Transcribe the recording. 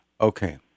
Okay